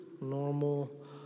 normal